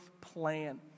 plan